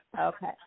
Okay